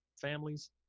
families